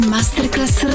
Masterclass